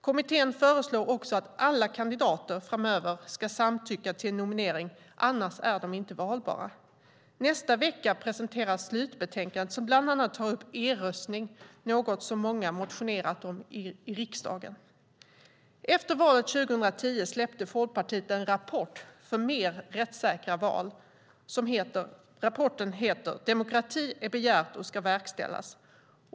Kommittén föreslår också att alla kandidater framöver ska samtycka till en nominering - annars är de inte valbara. Nästa vecka presenteras slutbetänkandet, som bland annat tar upp e-röstning, något som många motionerat om i riksdagen. Efter valet 2010 släppte Folkpartiet en rapport för mer rättssäkra val som heter "Demokrati har begärts och ska verkställas" .